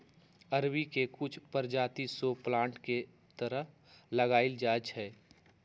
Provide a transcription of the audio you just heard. अरबी के कुछ परजाति शो प्लांट के तरह लगाएल जाई छई